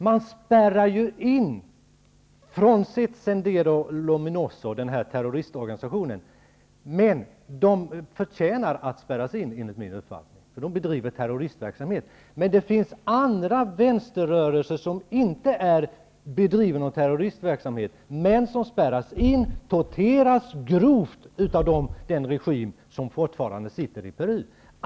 Man spärrar in folk från terroristorganisationen Sendero luminoso, och de förtjänar att spärras in, enligt min uppfattning. De bedriver terroristverksamhet. Men det finns andra vänsterrörelser som inte bedriver terroristverksamhet, och deras medlemmar spärras in och torteras grovt av den regim som fortfarande sitter i Peru.